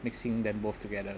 mixing them both together